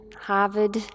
Harvard